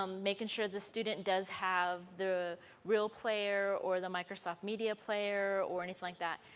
um making sure the student does have the real player or the microsoft media player or anything like that.